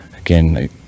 again